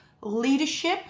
leadership